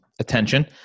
attention